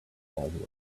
baldwin